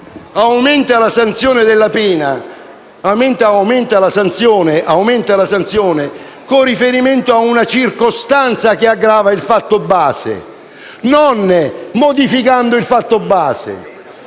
aumenta la sanzione con riferimento ad una circostanza che aggrava il fatto base, non modificando il fatto base,